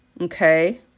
okay